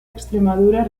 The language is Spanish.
extremadura